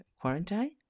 Quarantine